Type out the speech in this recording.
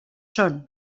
són